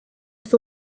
beth